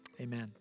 amen